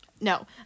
No